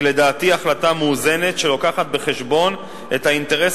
היא לדעתי החלטה מאוזנת שמובאים בה בחשבון האינטרס